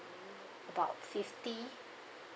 about fifty